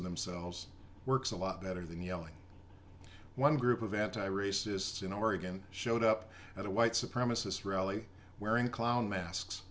of themselves works a lot better than yelling one group of anti racists in oregon showed up at a white supremacist rally wearing clown masks